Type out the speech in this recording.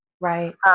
Right